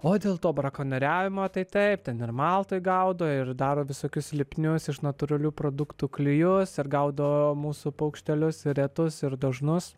o dėl to brakonieriavimo tai taip ten ir maltoj gaudo ir daro visokius lipnius iš natūralių produktų klijus ir gaudo mūsų paukštelius retus ir dažnus